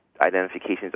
identifications